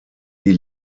die